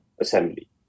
assembly